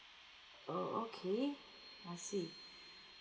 oh okay I see